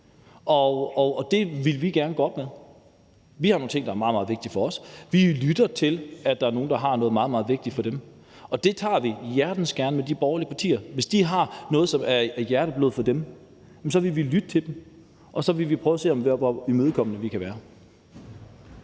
og det vil vi gerne gøre op med. Vi har nogle ting, der er meget, meget vigtige for os. Vi lytter til, at der er nogle, der har noget, der er meget, meget vigtigt for dem. Det tager vi hjertens gerne med de borgerlige partier: Hvis de har noget, som er hjerteblod for dem, så vil vi lytte til dem, og så vil vi prøve at se, hvor imødekommende vi kan være.